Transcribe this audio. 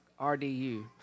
RDU